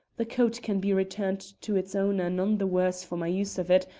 the coat can be returned to its owner none the worse for my use of it,